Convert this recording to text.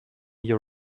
your